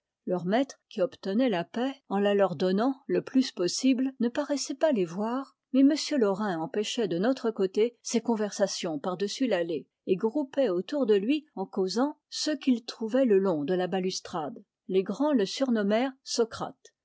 leur maître qui obtenait la paix en la leur donnant le plus possible ne paraissait pas les voir mais m laurin empêchait de notre côté ces conversations par-dessus l'allée et groupait autour de lui en causant ceux qu'il trouvait le long de la balustrade les grands le surnommèrent socrate